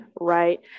right